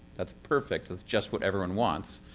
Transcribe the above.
that's perfect. that's just what everyone wants.